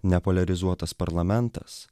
ne poliarizuotas parlamentas